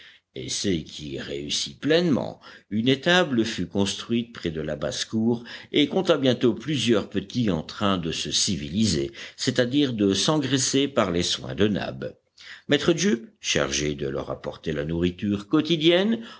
essai qui réussit pleinement une étable fut construite près de la basse-cour et compta bientôt plusieurs petits en train de se civiliser c'est-à-dire de s'engraisser par les soins de nab maître jup chargé de leur apporter la nourriture quotidienne